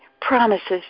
promises